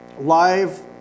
live